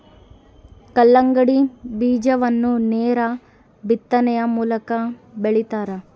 ಕಲ್ಲಂಗಡಿ ಬೀಜವನ್ನು ನೇರ ಬಿತ್ತನೆಯ ಮೂಲಕ ಬೆಳಿತಾರ